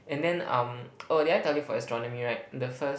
and then um oh did I tell you for astronomy right the first